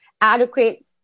adequate